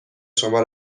شما